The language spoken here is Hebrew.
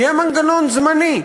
יהיה מנגנון זמני,